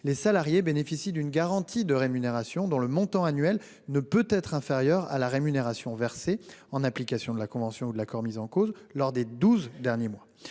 les salariés bénéficient d'une garantie de rémunération dont le montant annuel ne peut être inférieur à la rémunération versée, en application de la convention ou de l'accord mis en cause, lors des douze derniers mois.